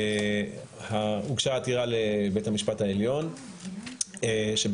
הוגשה עתירה לבית המשפט העליון שבמסגרתה